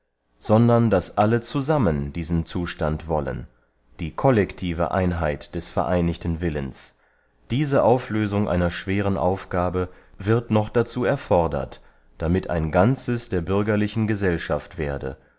sondern daß alle zusammen diesen zustand wollen die collektive einheit des vereinigten willens diese auflösung einer schweren aufgabe wird noch dazu erfordert damit ein ganzes der bürgerlichen gesellschaft werde